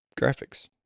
graphics